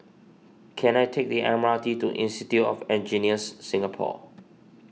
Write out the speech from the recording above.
can I take the M R T to Institute of Engineers Singapore